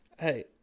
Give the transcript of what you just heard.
Hey